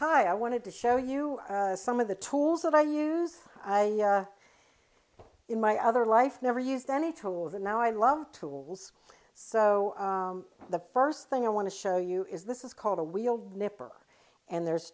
hi i wanted to show you some of the tools that i use in my other life never used any tools and now i love tools so the first thing i want to show you is this is called a wheeled nipper and there's